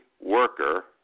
worker